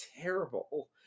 terrible